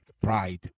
pride